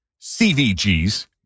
CVG's